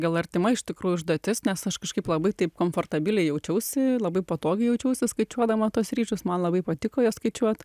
gal artima iš tikrųjų užduotis nes aš kažkaip labai taip komfortabiliai jaučiausi labai patogiai jaučiausi skaičiuodama tuos ryžius man labai patiko juos skaičiuot